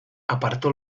apartó